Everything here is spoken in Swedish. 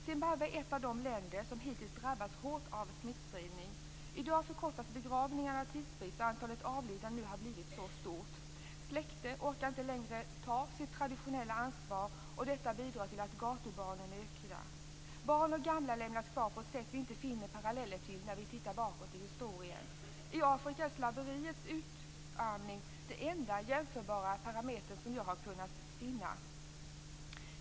Zimbabwe är ett av de länder som hittills har drabbats hårt av smittspridning. I dag förkortas begravningarna av tidsbrist i och med att antalet avlidna har blivit så stort. Släkten orkar inte längre ta sitt traditionella ansvar, och detta bidrar till att gatubarnens antal ökar. Barn och gamla lämnas kvar på ett sätt som vi inte finner paralleller till när vi ser bakåt i historien. I Afrika är slaveriets utarmande inverkan den enda jämförbara företeelse som jag har kunnat finna.